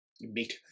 meet